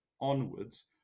onwards